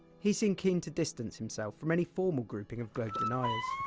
he seemed keen to distance himself from any formal grouping of globe denials.